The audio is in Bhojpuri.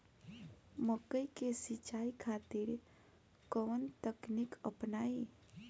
मकई के सिंचाई खातिर कवन तकनीक अपनाई?